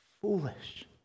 foolish